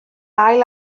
ail